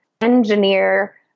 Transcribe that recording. engineer